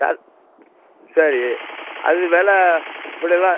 சரி அது வெலை அப்படிலாம்